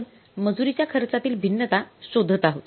आपण मजुरीच्या खर्चातील भिन्नता शोधत आहोत